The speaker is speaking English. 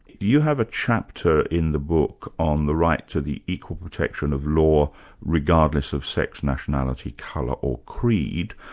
you have a chapter in the book on the right to the equal protection of law regardless of sex, nationality, colour or creed,